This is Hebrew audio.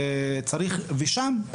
שם,